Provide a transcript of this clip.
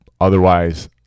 Otherwise